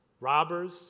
robbers